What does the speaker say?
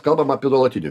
kalbam apie nuolatinį